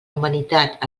humanitat